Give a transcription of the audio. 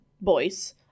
boys